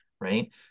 right